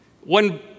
One